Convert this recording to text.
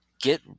get